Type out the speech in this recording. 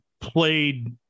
played